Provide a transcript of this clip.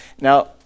Now